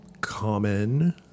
common